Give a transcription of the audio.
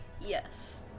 Yes